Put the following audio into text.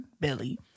Billy